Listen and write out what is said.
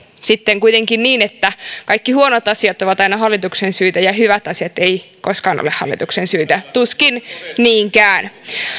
sitten kuitenkin niin että kaikki huonot asiat ovat aina hallituksen syytä ja hyvät asiat eivät koskaan ole hallituksen syytä tuskin niinkään